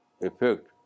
effect